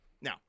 now